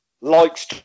likes